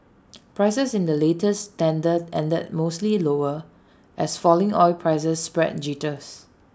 prices in the latest tender ended mostly lower as falling oil prices spread jitters